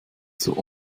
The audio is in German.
zur